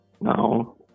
No